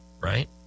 right